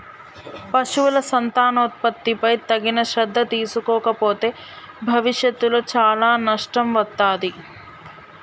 పశువుల సంతానోత్పత్తిపై తగిన శ్రద్ధ తీసుకోకపోతే భవిష్యత్తులో చాలా నష్టం వత్తాది